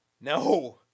No